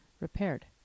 repaired